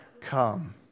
come